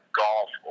golf